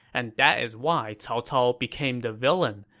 and that is why cao cao became the villain,